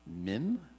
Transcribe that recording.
Mim